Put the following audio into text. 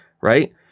right